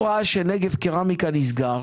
ראה שנגב קרמיקה בשנת 2000 נסגר